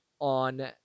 on